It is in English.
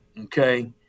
Okay